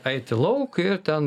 eiti lauk ir ten